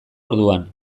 orduan